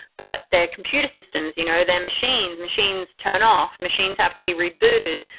but their computer systems, you know their machines, machines turn off, machines have to be rebooted,